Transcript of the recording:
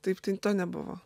taip tai to nebuvo